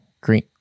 Green